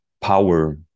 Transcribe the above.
power